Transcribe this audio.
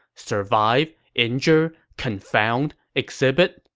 survive, injure, confound, exhibit,